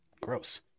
Gross